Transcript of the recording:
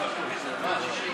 71. מי בעד ההסתייגות?